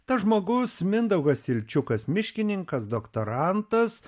tas žmogus mindaugas ilčiukas miškininkas doktorantas